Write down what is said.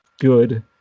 good